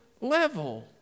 level